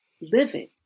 living